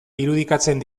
irudikatzen